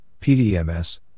PDMS